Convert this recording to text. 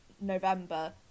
November